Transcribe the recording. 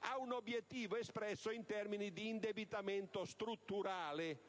ad un obiettivo espresso in termini di indebitamento strutturale.